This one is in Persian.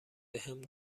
بهم